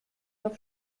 auf